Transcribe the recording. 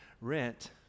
rent